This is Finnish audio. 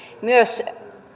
myös